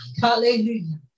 Hallelujah